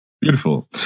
beautiful